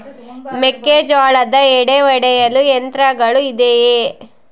ಮೆಕ್ಕೆಜೋಳದ ಎಡೆ ಒಡೆಯಲು ಯಂತ್ರಗಳು ಇದೆಯೆ?